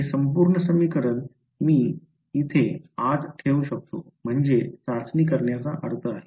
हे संपूर्ण समीकरण मी येथे आत ठेवू शकतो म्हणजे चाचणी करण्याचा अर्थ आहे